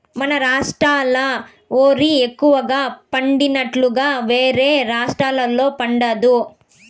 మన రాష్ట్రాల ఓరి ఎక్కువగా పండినట్లుగా వేరే రాష్టాల్లో పండదు